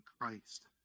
Christ